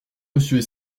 monsieur